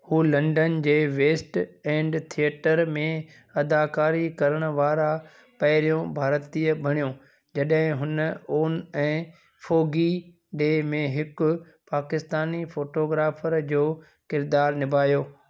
हूअ लंदन जे West End theatre में अदाकारी करणु वारा पहिरियों भारतीय बणियो जड॒हिं हुन ऑन ए फॉगी डे में हिकु पाकिस्तानी फोटोग्राफर जो क़िरदारु निभायो